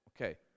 Okay